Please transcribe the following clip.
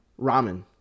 ramen